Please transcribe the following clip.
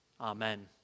Amen